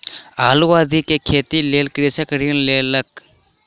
आलू आदि के खेतीक लेल कृषक ऋण लेलक